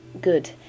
good